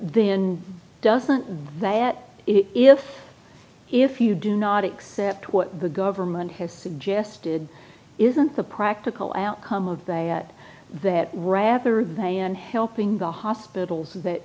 then doesn't that if if you do not accept what the government has suggested isn't the practical outcome of they at that rather than helping the hospitals that